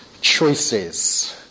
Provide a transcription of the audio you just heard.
choices